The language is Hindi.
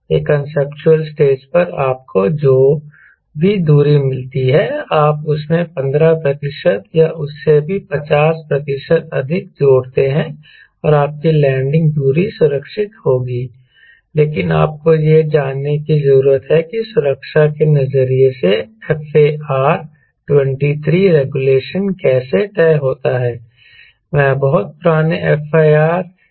एक कांसेप्चुअल स्टेज पर आपको जो भी दूरी मिलती है आप उसमें 15 प्रतिशत या उससे भी 50 प्रतिशत अधिक जोड़ते हैं और आपकी लैंडिंग दूरी सुरक्षित रहेगी लेकिन आपको यह जानने की जरूरत है कि सुरक्षा के नजरिए से FAR23 रेगुलेशन कैसे तय होता है मैं बहुत पुराने FAR की आवश्यकता दे रहा हूं